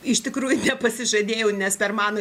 iš tikrųjų nepasižadėjau nes per mano